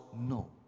no